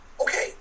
okay